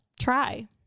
try